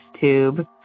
tube